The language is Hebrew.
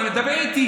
תתבייש.